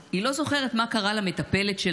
היא לא זוכרת מה קרה למטפלת שלה,